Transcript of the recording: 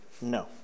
No